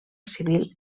civil